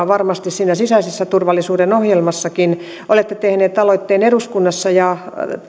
varmasti siinä sisäisen turvallisuuden ohjelmassakin olette tehneet aloitteen eduskunnassa ja